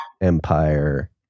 empire